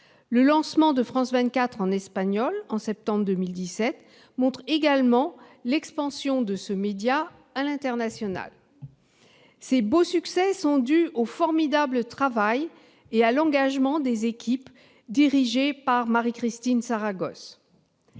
Le lancement de France 24 en espagnol en septembre 2017 montre également l'expansion de ce média à l'international. Ces beaux succès sont dus au formidable travail et à l'engagement des équipes dirigées par Marie-Christine Saragosse.